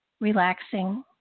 relaxing